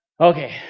Okay